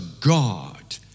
God